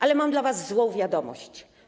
Ale mam dla was złą wiadomość.